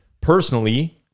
Personally